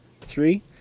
Three